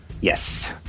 Yes